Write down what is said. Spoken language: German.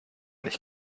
nicht